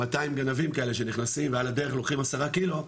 מאתיים גנבים כאלה שנכנסים ועל הדרך לוקחים עשרה קילו,